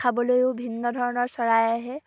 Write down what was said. খাবলৈয়ো ভিন্ন ধৰণৰ চৰাই আহে